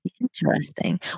Interesting